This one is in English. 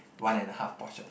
one and a half portion